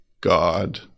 God